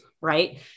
right